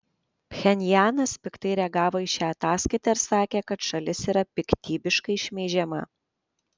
pchenjanas piktai reagavo į šią ataskaitą ir sakė kad šalis yra piktybiškai šmeižiama